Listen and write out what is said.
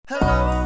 Hello